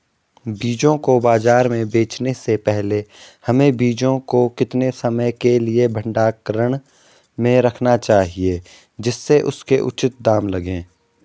बीजों को बाज़ार में बेचने से पहले हमें बीजों को कितने समय के लिए भंडारण में रखना चाहिए जिससे उसके उचित दाम लगें?